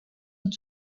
une